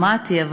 שמעתי,